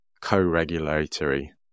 co-regulatory